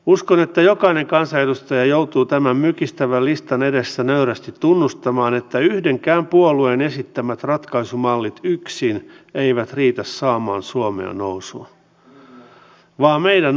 uskon että jokainen kansanedustaja joutuu tämän mykistävän listan edessä nöyrästi tunnustamaan että yhdenkään puolueen esittämät ratkaisumallit yksin vilkkaasti liikennöity tie kulkee lahden kaupungin läpi